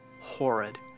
horrid